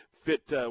fit